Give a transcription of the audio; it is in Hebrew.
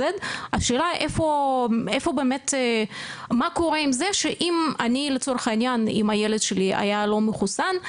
Z. השאלה מה קורה עם זה אם לצורך העניין הילד שלי היה לא מחוסן,